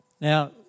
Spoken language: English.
Now